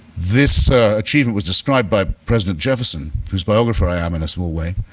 this achievement was described by president jefferson whose biographer, i am in a small way,